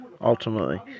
Ultimately